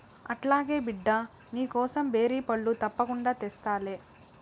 అట్లాగే బిడ్డా, నీకోసం బేరి పండ్లు తప్పకుండా తెస్తాలే